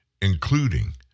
including